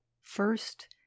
First